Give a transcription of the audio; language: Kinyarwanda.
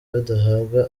badahabwa